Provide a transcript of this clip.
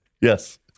Yes